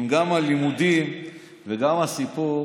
אם גם הלימודים וגם הסיפור